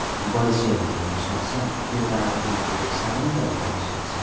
बल्छीहरू खेल्नु सक्छ त्यो त उहाँहरूले साधारण तरिकाले सक्छ